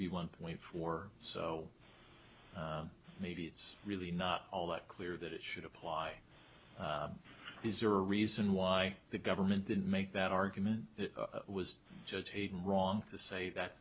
be one point four so maybe it's really not all that clear that it should apply is there a reason why the government didn't make that argument was wrong to say that